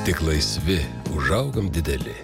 tik laisvi užaugam dideli